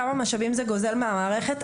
כמה משאבים זה גוזל מהמערכת?